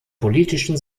politischen